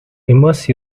immerse